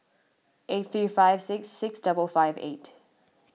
eight three five six six double five eight